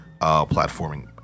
platforming